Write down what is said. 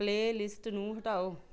playlist ਨੂੰ ਹਟਾਓ